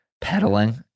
pedaling